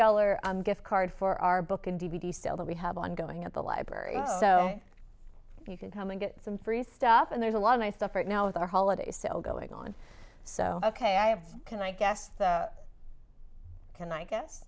dollar gift card for our book and d v d still that we have ongoing at the library so you can come and get some free stuff and there's a lot of my stuff right now with our holiday sale going on so ok i can i guess can i guess